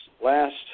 last